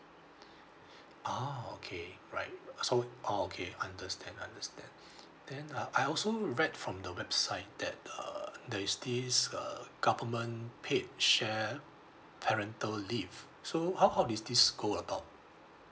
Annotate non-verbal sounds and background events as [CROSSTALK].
ah okay right [NOISE] so oh okay understand understand [BREATH] then uh I also read from the website that uh there is this err government paid share parental leave so how how is this go about